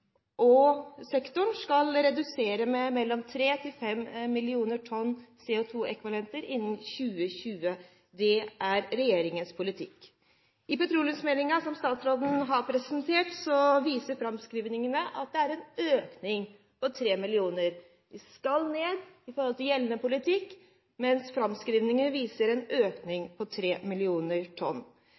denne sektoren. I gjeldende klimapolitikk har vi vedtatt noen utslippsmål for hver eneste sektor. Olje- og energisektoren skal redusere med mellom 3 og 5 millioner tonn CO2-ekvivalenter innen 2020. Det er regjeringens politikk. I petroleumsmeldingen statsråden har presentert, viser framskrivningene at det er en økning på tre millioner. De skal ned, i forhold til gjeldende politikk, mens framskrivninger viser en økning på